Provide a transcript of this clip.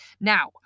Now